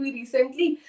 recently